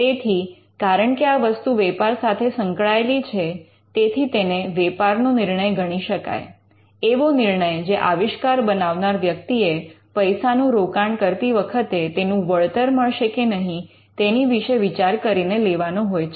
તેથી કારણ કે આ વસ્તુ વેપાર સાથે સંકળાયેલી છે તેથી તેને વેપારનો નિર્ણય ગણી શકાય એવો નિર્ણય જે આવિષ્કાર બનાવનાર વ્યક્તિ એ પૈસાનું રોકાણ કરતી વખતે તેનું વળતર મળશે કે નહીં તેની વિશે વિચાર કરીને લેવાનો હોય છે